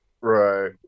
Right